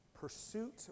pursuit